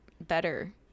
better